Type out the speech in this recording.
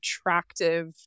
attractive